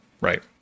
Right